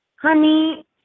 Honey